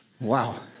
Wow